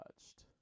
touched